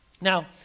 Now